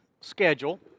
schedule